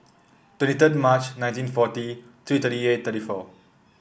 twenty third March nineteen forty three three eight three four